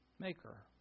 maker